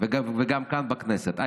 וגם כאן בכנסת.